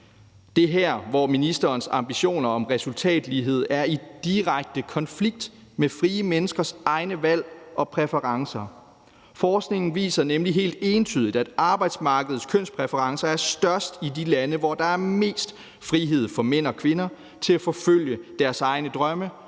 Det er her, hvor ministerens ambitioner om resultatlighed er i direkte konflikt med frie menneskers egne valg og præferencer. Forskningen viser nemlig helt entydigt, at arbejdsmarkedets kønspræferencer er størst i de lande, hvor der er mest frihed for mænd og kvinder til at forfølge deres egne drømme